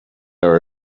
are